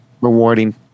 rewarding